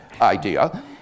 idea